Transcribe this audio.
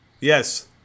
Yes